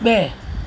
બે